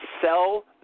sell